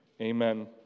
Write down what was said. Amen